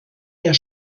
der